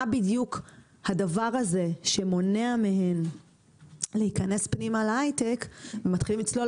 מה בדיוק הדבר הזה שמונע מהן להיכנס פנימה להייטק ומתחילים לצלול